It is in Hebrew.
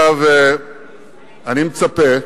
הדבר השלישי שיגיע מחר לכנסת זה דוח-ששינסקי,